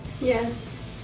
Yes